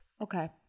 Okay